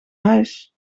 huis